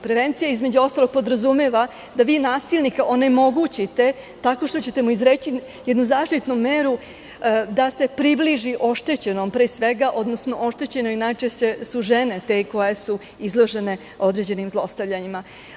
Prevencija, između ostalog, podrazumeva da vi nasilnika onemogućite tako što ćete mu izreći jednu zaštitnu meru da se približi oštećenom, pre svega, odnosno najčešće oštećenoj, jer najčešće su žene te koje su izložene određenim zlostavljanjima.